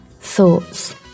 thoughts